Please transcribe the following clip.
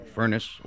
furnace